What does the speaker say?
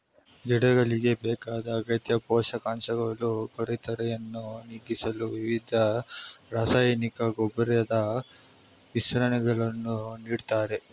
ಗಿಡಗಳಿಗೆ ಬೇಕಾದ ಅಗತ್ಯ ಪೋಷಕಾಂಶಗಳು ಕೊರತೆಯನ್ನು ನೀಗಿಸಲು ವಿವಿಧ ರಾಸಾಯನಿಕ ಗೊಬ್ಬರದ ಮಿಶ್ರಣಗಳನ್ನು ನೀಡ್ತಾರೆ